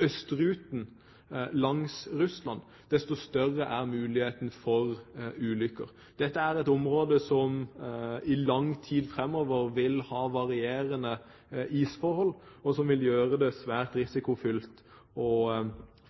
østruten langs Russland, jo større er muligheten for ulykker. Dette er et område som i lang tid framover vil ha varierende isforhold, noe som vil gjøre det svært risikofylt å